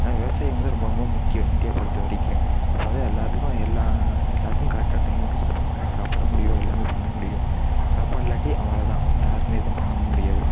அதனால் விவசாயம் வந்து ரொம்ப ரொம்ப முக்கியம் இந்தியா பொறுத்தவரைக்கும் அப்போது தான் எல்லாத்துக்கும் எல்லா எல்லாருக்கும் கரெட்டான டைமுக்கு சா சாப்பிட முடியும் எல்லாமே பண்ணமுடியும் சாப்பாடு இல்லாட்டி அவ்வளோதான் யாருக்குமே ஏதும் பண்ணமுடியாது